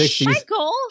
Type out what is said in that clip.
Michael